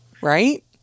Right